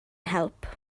help